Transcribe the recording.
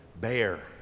bear